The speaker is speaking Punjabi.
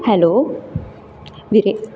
ਹੈਲੋ ਵੀਰੇ